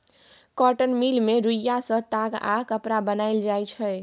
cotton mill मे रुइया सँ ताग आ कपड़ा बनाएल जाइ छै